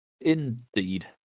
Indeed